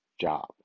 job